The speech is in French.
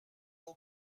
donc